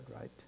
right